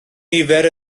nifer